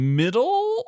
middle